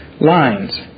lines